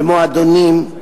במועדונים,